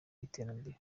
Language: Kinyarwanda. iterambere